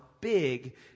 big